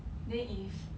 then if